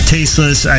Tasteless